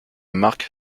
marque